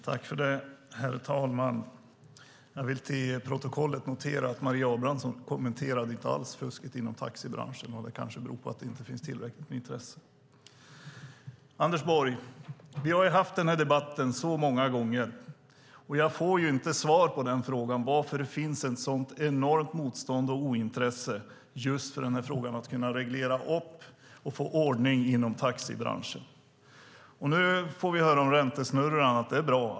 Herr talman! Jag vill till protokollet notera att Maria Abrahamsson inte alls kommenterade fusket inom taxibranschen. Det kanske beror på att det inte finns tillräckligt med intresse. Anders Borg! Vi har haft den här debatten så många gånger, men jag får inte svar på frågan varför det finns ett så enormt motstånd och ointresse för frågan att kunna reglera och få ordning inom taxibranschen. Nu får vi höra om räntesnurror och annat. Det är bra.